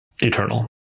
eternal